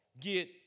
get